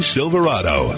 Silverado